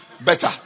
better